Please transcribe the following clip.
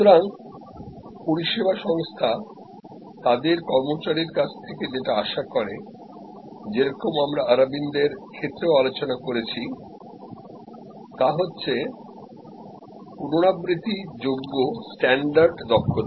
সুতরাং পরিষেবা সংস্থা তাদের কর্মচারীর কাছ থেকে যেটা আশা করে যেরকম আমরা অরবিন্দের ক্ষেত্রেও আলোচনা করেছি তা হচ্ছে পুনরাবৃত্তি যোগ্য স্ট্যান্ডার্ড দক্ষতা